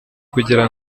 kugira